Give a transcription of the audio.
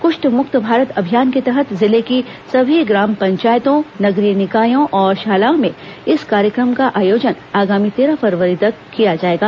कृष्ठ मुक्त भारत अभियान के तहत जिले की सभी ग्रॉम पंचायतों नगरीय निकायों और शालाओं में इस कार्यक्रम का आयोजन आगामी तेरह फरवरी तक किया जाएगा